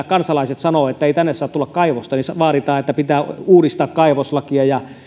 kansalaiset sanovat että ei tänne saa tulla kaivosta ja vaaditaan että pitää uudistaa kaivoslakia ja